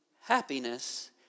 happiness